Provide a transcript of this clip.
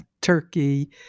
Turkey